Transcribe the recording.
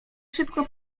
szybko